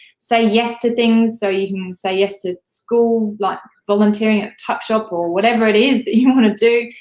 say yes to things, so you can say yes to school, like volunteering at tuck shop or whatever it is that you wanna do.